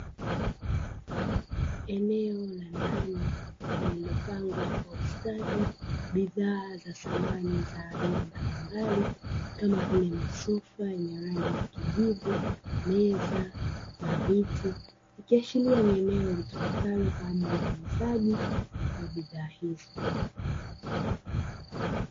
Eneo la ndani lililopangwa kwa ustadi bidhaa za samani za aina mbalimbali kama vile masofa lenye rangi kijivu, meza na viti vya ikiashiria ni eneo litumikalo kwa ajili ya uuzaji wa bidhaa hizo.